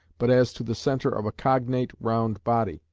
but as to the centre of a cognate round body,